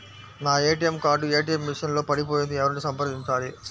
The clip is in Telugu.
నా ఏ.టీ.ఎం కార్డు ఏ.టీ.ఎం మెషిన్ లో పడిపోయింది ఎవరిని సంప్రదించాలి?